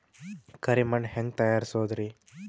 ಕರಿ ಮಣ್ ಹೆಂಗ್ ತಯಾರಸೋದರಿ?